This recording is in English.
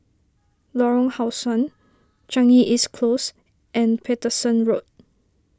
Lorong How Sun Changi East Close and Paterson Road